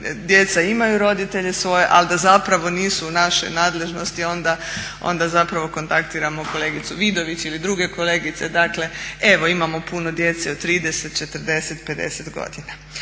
djeca imaju roditelje svoje, ali da zapravo nisu u našoj nadležnosti i onda zapravo kontaktiramo kolegicu Vidović ili druge kolegice. Dakle evo imamo puno djece i od 30, 40, 50 godina.